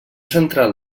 central